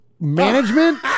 management